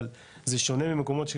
אבל זה שונה ממקומות,